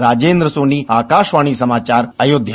राजेंद्र सोनी आकाशवाणी समाचार अयोध्या